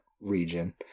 region